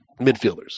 midfielders